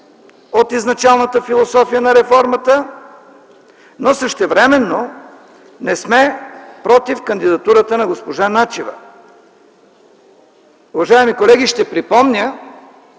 от изначалната философия на реформата, но същевременно не сме против кандидатурата на госпожа Начева. Уважаеми колеги, ще припомня,